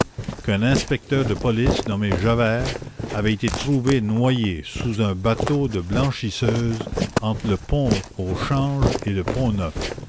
qu'un inspecteur de police nommé javert avait été trouvé noyé sous un bateau de blanchisseuses entre le pont au change et le